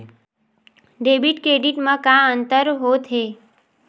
Debit credit मा का अंतर होत हे?